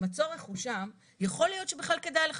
אם הצורך הוא שם, יכול להיות שבכלל כדאי לך.